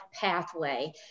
pathway